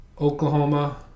Oklahoma